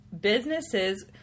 Businesses